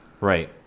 Right